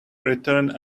returned